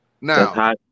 Now